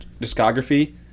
discography